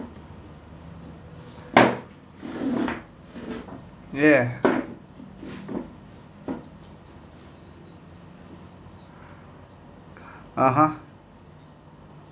ya (uh huh)